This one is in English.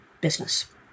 business